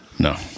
No